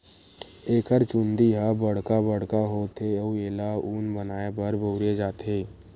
एकर चूंदी ह बड़का बड़का होथे अउ एला ऊन बनाए बर बउरे जाथे